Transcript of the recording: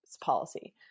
policy